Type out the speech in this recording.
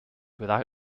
without